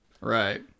Right